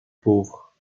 pauvre